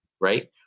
Right